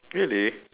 really